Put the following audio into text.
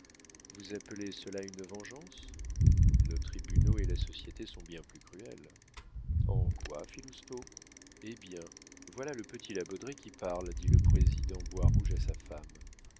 vous appelez cela une vengeance nos tribunaux et la société sont bien plus cruels en quoi fit lousteau eh bien voilà le petit la baudraye qui parle dit le président boirouge à sa femme